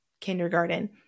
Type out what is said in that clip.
kindergarten